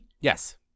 Yes